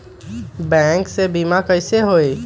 Bank से बिमा कईसे होई?